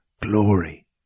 Glory